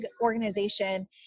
organization